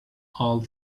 all